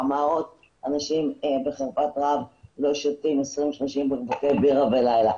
אנשים בחרפת רעב לא שותים 30-20 בקבוקי בירה בלילה.